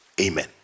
Amen